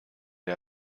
der